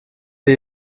ihr